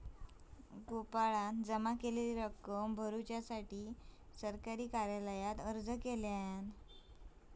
गोपाळान जमा केलेली रक्कम भरुसाठी सरकारी कार्यालयात अर्ज केल्यान